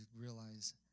realize